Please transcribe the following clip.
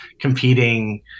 competing